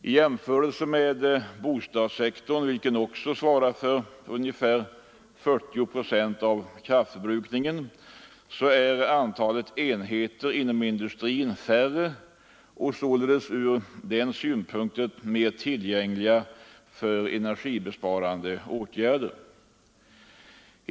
I jämförelse med bostadssektorn, vilken också svarar för ca 40 procent av kraftförbrukningen, är antalet enheter inom industrin färre och således från denna synpunkt mer tillgängliga för energibesparande åtgärder.